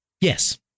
Yes